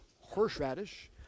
horseradish